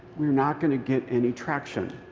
we're not going to get any traction.